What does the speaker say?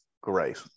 great